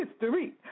history